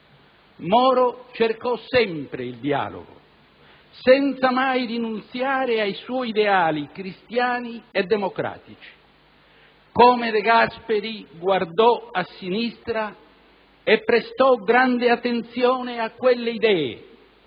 Moro cercò sempre il dialogo, senza mai rinunziare ai suoi ideali cristiani e democratici. Come De Gasperi guardò a sinistra e prestò grande attenzione a quelle idee,